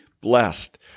blessed